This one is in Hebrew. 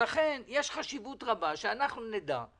לכן יש חשיבות שאנחנו נדע,